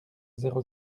zéro